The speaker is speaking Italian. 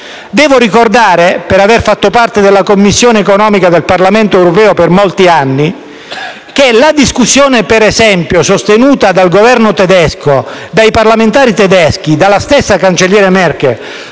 Devo ricordare, per aver fatto parte della Commissione economica del Parlamento europeo per molti anni, che la discussione sostenuta - per esempio - dal Governo tedesco, dai parlamentari tedeschi e dalla stessa cancelliera Merkel